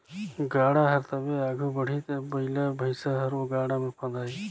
गाड़ा हर तबे आघु बढ़ही जब बइला भइसा हर ओ गाड़ा मे फदाही